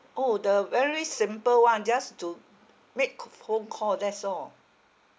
!ow! the very simple [one] just to make a phone call that's all